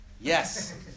Yes